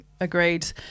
Agreed